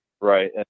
Right